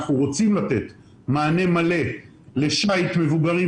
אנחנו רוצים לתת מענה מלא לשיט מבוגרים,